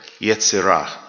Yetzirah